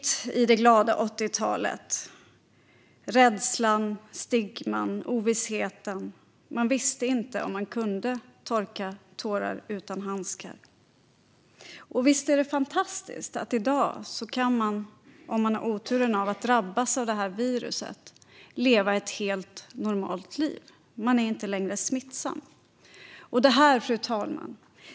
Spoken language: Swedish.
Man visste inte om man kunde torka tårar utan handskar. Visst är det fantastiskt att man i dag kan leva ett helt normalt liv om man haft oturen att drabbas av det här viruset! Man är inte längre smittsam. Fru talman!